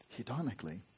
hedonically